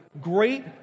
great